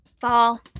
Fall